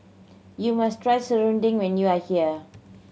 you must try serunding when you are here